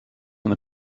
and